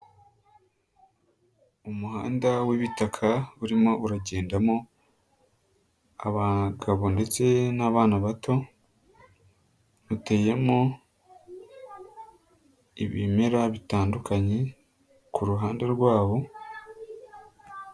Umuhanda w'ibitaka urimo uragendamo abagabo ndetse n'abana bato, uteyemo ibimera bitandukanye ku ruhande rwabo.